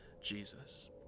Jesus